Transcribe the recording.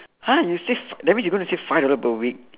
!huh! you save that means you gonna save five dollar per week